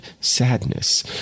sadness